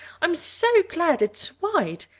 i'm so glad it's white.